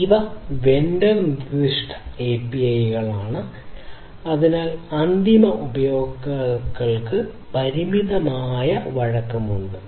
ഇവ വെണ്ടർ നിർദ്ദിഷ്ട API കളാണ് അതിനാൽ അന്തിമ ഉപയോക്താക്കൾക്ക് പരിമിതമായ വഴക്കം ഉണ്ട്